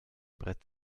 brett